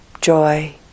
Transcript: joy